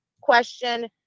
question